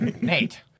Nate